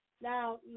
Now